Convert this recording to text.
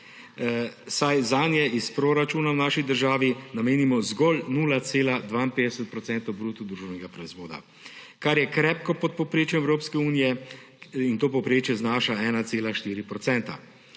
saj zanje iz proračuna v naši državi namenimo zgolj 0,52 odstotka bruto družbenega proizvoda, kar je krepko pod povprečjem Evropske unije in to povprečje znaša 1,4